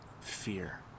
fear